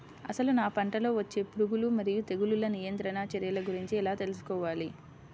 అసలు నా పంటలో వచ్చే పురుగులు మరియు తెగులుల నియంత్రణ చర్యల గురించి ఎలా తెలుసుకోవాలి?